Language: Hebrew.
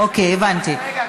אוקיי, הבנתי.